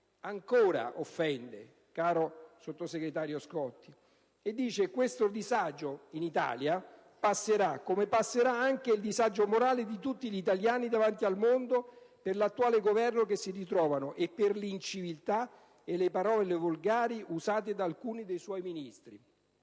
ancora ci offende, caro Sottosegretario. Dice infatti Genro che in Italia «questo disagio passerà, come passerà anche il disagio morale di tutti gli italiani davanti al mondo per l'attuale Governo che si ritrovano, e per l'inciviltà e le parole volgari usate da alcuni dei suoi Ministri».